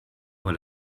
weil